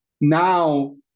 now